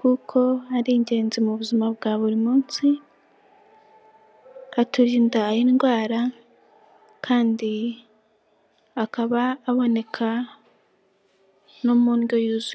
kuko ari ingenzi mu buzima bwa buri munsi, aturinda indwara kandi akaba aboneka no mu ndyo yuzuye.